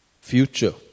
future